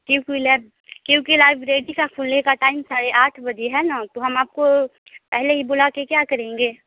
क्योंकि लाइब क्योंकि लाइब्रेरी का खुलने का टाइम साढ़े आठ बजे है न तो हम आपको पहले ही बुला कर क्या करेंगे